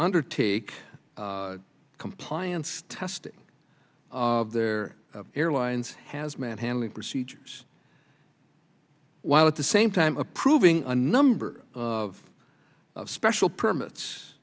undertake compliance testing their airlines has manhandling procedures while at the same time approving a number of special permits